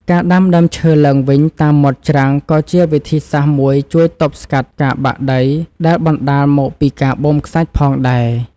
ការដាំដើមឈើឡើងវិញតាមមាត់ច្រាំងក៏ជាវិធីសាស្ត្រមួយជួយទប់ស្កាត់ការបាក់ដីដែលបណ្តាលមកពីការបូមខ្សាច់ផងដែរ។